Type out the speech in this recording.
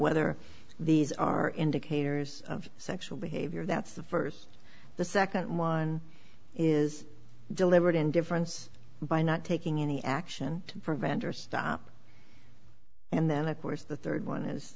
whether these are indicators of sexual behavior that's the first the second one is deliberate indifference by not taking any action to prevent or stop and then of course the third one is